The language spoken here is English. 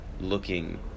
looking